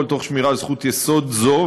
והכול תוך שמירה על זכות יסוד זו,